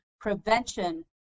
prevention